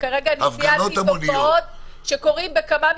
-- וכרגע ציינתי תופעות שקורות בכמה מגזרים,